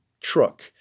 truck